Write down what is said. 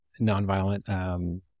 nonviolent